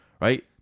right